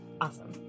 Awesome